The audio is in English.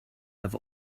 i’ve